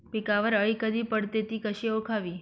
पिकावर अळी कधी पडते, ति कशी ओळखावी?